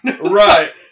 right